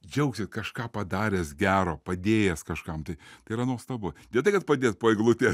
džiaugsies kažką padaręs gero padėjęs kažkam tai tai yra nuostabu ne tai kad padėt po eglute